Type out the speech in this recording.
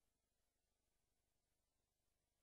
ששר